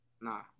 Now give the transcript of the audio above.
Nah